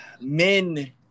men